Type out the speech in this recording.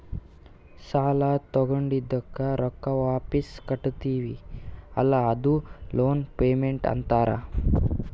ಸಾಲಾ ತೊಂಡಿದ್ದುಕ್ ರೊಕ್ಕಾ ವಾಪಿಸ್ ಕಟ್ಟತಿವಿ ಅಲ್ಲಾ ಅದೂ ಲೋನ್ ಪೇಮೆಂಟ್ ಅಂತಾರ್